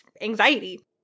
anxiety